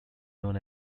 known